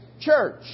Church